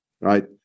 right